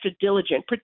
diligent